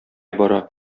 бара